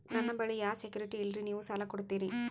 ನನ್ನ ಬಳಿ ಯಾ ಸೆಕ್ಯುರಿಟಿ ಇಲ್ರಿ ನೀವು ಸಾಲ ಕೊಡ್ತೀರಿ?